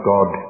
God